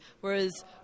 whereas